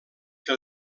que